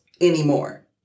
anymore